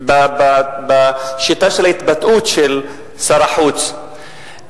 מהשיטה של ההתבטאות של שר החוץ,